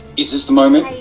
is this the moment?